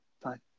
fine